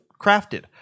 crafted